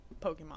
pokemon